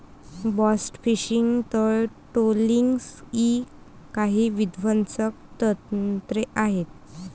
blast fishing, तळ trawling इ काही विध्वंसक तंत्रे आहेत